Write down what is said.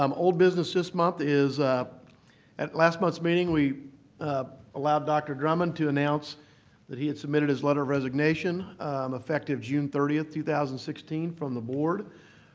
um old business this month is at last month's meeting we allowed dr. drummond to announce that he had submitted his letter of resignation effective june thirtieth, two thousand and sixteen, from the board.